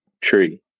tree